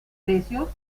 precios